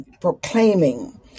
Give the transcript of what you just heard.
proclaiming